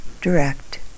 direct